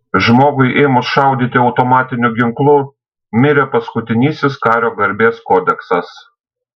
žmogui ėmus šaudyti automatiniu ginklu mirė paskutinysis kario garbės kodeksas